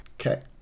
Okay